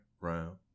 round